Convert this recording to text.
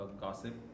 gossip